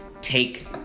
take